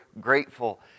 grateful